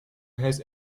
has